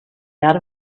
out